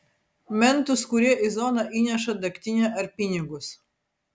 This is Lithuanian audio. mentus kurie į zoną įneša degtinę ar pinigus